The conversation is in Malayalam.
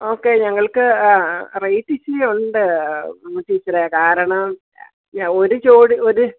ഓക്കെ ഞങ്ങൾക്ക് ആ റേറ്റ് ഇത്തിരി ഉണ്ട് ടീച്ചറേ കാരണം ഞ ഒരു ജോഡി ഒരു